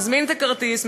מזמין את הכרטיס,